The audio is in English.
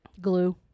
Glue